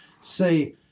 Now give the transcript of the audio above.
say